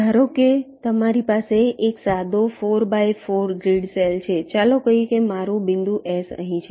ધારો કે તમારી પાસે એક સાદો 4 બાય 4 ગ્રીડ સેલ છે ચાલો કહીએ કે મારુ બિંદુ S અહીં છે